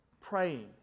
praying